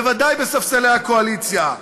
בוודאי בספסלי הקואליציה: